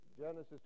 Genesis